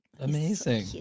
Amazing